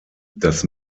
das